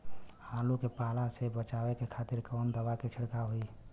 आलू के पाला से बचावे के खातिर कवन दवा के छिड़काव होई?